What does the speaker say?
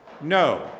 no